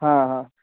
हा हा